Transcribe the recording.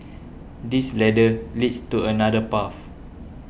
this ladder leads to another path